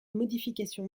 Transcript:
modifications